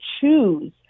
choose